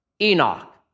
Enoch